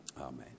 Amen